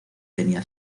tenía